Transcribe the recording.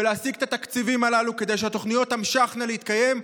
ולהשיג את התקציבים הללו כדי שהתוכניות תמשכנה להתקיים,